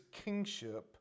kingship